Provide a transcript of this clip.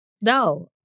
No